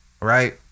right